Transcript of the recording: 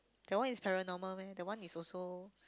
that one is paranormal meh that one is also